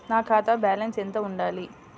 నా ఖాతా బ్యాలెన్స్ ఎంత ఉండాలి?